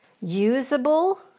usable